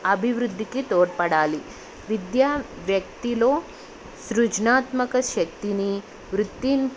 అభివృద్ధికి తోడ్పడాలి విద్య వ్యక్తిలో సృజనాత్మక శక్తిని వృత్తి